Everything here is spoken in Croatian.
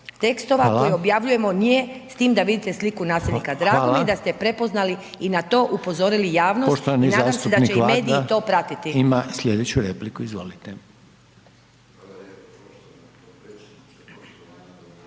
tekstova koji objavljujemo nije s tim da vidite sliku nasilnika. Drago mi je da ste prepoznali i na to upozorili javnost i nadam se da će i mediji to pratiti.